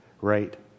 Right